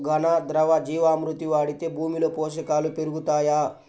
ఘన, ద్రవ జీవా మృతి వాడితే భూమిలో పోషకాలు పెరుగుతాయా?